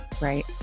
Right